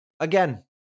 Again